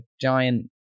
giant